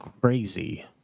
Crazy